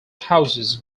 houses